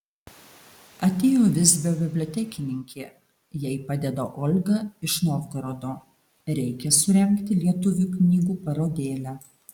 atėjo visbio bibliotekininkė jai padeda olga iš novgorodo reikia surengti lietuvių knygų parodėlę